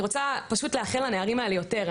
אני רוצה פשוט לאחל לנערים האלה יותר.